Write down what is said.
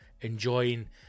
enjoying